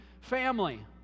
family